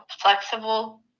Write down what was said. flexible